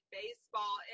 baseball